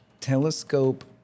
telescope